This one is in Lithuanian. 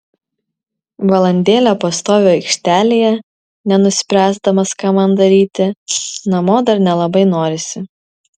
valandėlę pastoviu aikštelėje nenuspręsdamas ką man daryti namo dar nelabai norisi